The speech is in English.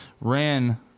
Ran